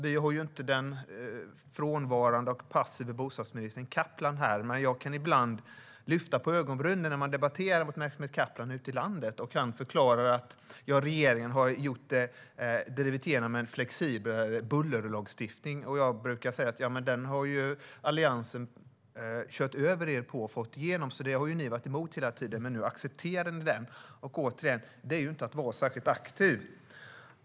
Vi har inte den passiva bostadsministern Mehmet Kaplan här i dag, men jag kan ibland höja på ögonbrynen när man debatterar mot honom ute i landet och han förklarar att regeringen har drivit igenom en flexibel bullerlagstiftning. Jag brukar säga att den har Alliansen kört över er med och fått igenom. Den har ni varit emot hela tiden, men nu accepterar ni den. Återigen, det är ju inte att vara särskilt aktiv.